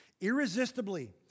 irresistibly